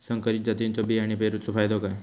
संकरित जातींच्यो बियाणी पेरूचो फायदो काय?